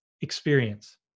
experience